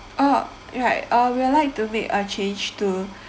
oh right uh we will like to make a change to